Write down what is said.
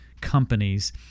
companies